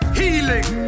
healing